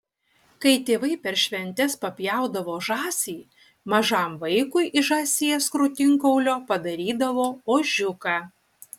kai tėvai per šventes papjaudavo žąsį mažam vaikui iš žąsies krūtinkaulio padarydavo ožiuką